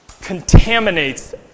contaminates